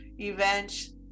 events